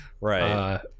right